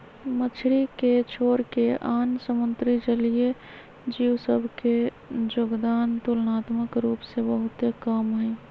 मछरी के छोरके आन समुद्री जलीय जीव सभ के जोगदान तुलनात्मक रूप से बहुते कम हइ